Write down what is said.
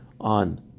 on